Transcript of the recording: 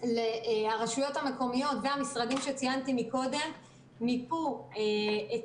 הרשויות המקומיות והמשרדים שציינתי מקודם מיפו את